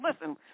listen